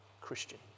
Christian